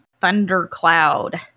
thundercloud